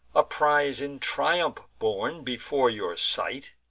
a prize in triumph borne before your sight,